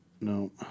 no